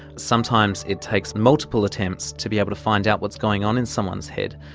sometimes it takes multiple attempts to be able to find out what's going on in someone's head,